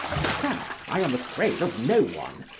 sir, i am afraid of no one,